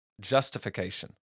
justification